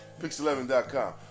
Pix11.com